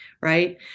right